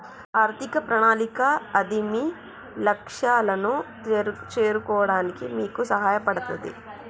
ఆర్థిక ప్రణాళిక అది మీ లక్ష్యాలను చేరుకోవడానికి మీకు సహాయపడతది